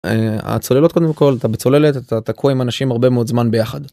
הצוללות קודם כל אתה בצוללת אתה תקוע עם אנשים הרבה מאוד זמן ביחד.